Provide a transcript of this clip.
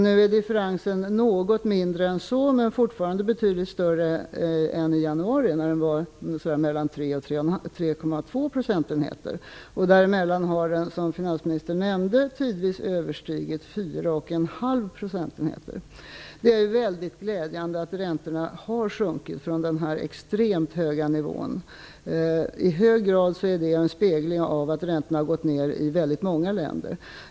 Nu är differensen något mindre än så, men fortfarande betydligt större än i januari, när den var mellan 3 och 3,2 procentenheter. Däremellan har skillnaden, som finansministern nämnde, tidvis överstigit 4,5 procentenheter. Det är väldigt glädjande att räntorna har sjunkit från denna extremt höga nivån. I hög grad är det en spegling av att räntorna gått ned i väldigt många länder.